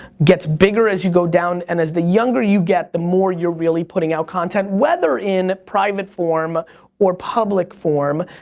gets bigger as you go down. and as the younger you get, the more you're really putting out content whether in private form or public form.